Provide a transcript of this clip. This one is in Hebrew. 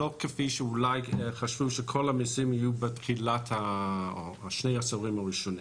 ולא כפי שאולי חשבו שהמיסים יהיו בשני העשורים הראשונים.